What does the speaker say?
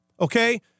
okay